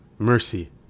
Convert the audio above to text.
Mercy